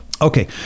Okay